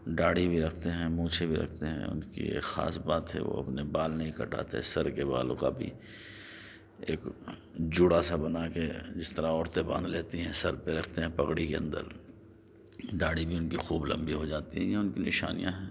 داڑھی بھی رکھتے ہیں مونچھیں بھی رکھتے ہیں اُن کی ایک خاص بات ہے وہ اپنے بال نہیں کٹاتے سر کے بالوں کا بھی ایک جوڑا سا بنا کے جس طرح عورتیں باندھ لیتی ہیں سر پہ رکھتے ہیں پگڑی کے اندر داڑھی بھی اُن کی خوب لمبی ہوجاتی ہیں یہ اُن کی نشانیاں ہیں